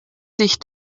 sich